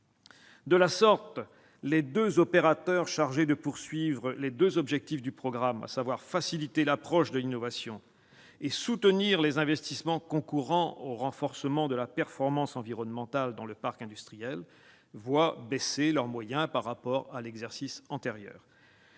antérieurement. Les deux opérateurs chargés d'atteindre les deux objectifs du programme- faciliter l'approche de l'innovation et soutenir les investissements concourant au renforcement de la performance environnementale dans le parc industriel -voient leurs moyens diminuer par rapport à l'exercice antérieur.